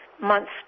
months